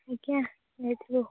ଆଜ୍ଞା ଯାଇଥିଲୁ